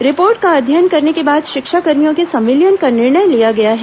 report का अध्ययन करने के बाद शिक्षाकर्मियों के संविलियन का निर्णय लिया गया है